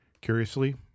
Curiously